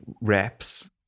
reps